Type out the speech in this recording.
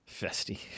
Festy